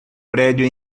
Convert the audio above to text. prédio